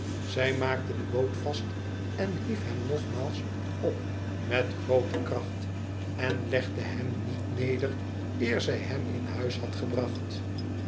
zij maakte de boot vast en hief hem nogmaals op met groote kracht en legde hem niet neder eer zij hem in huis had gebracht